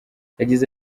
yagize